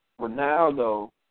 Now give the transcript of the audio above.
Ronaldo